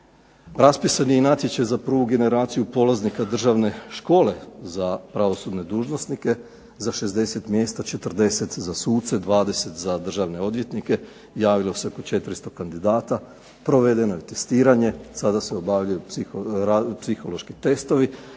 Raspisan je i natječaj za prvu generaciju polaznika državne škole za pravosudne dužnosnike, za 60 mjesta, 40 za suce, 20 za državne odvjetnike, javilo se oko 400 kandidata. Provedeno je testiranje. Sada se obavljaju psihološki testovi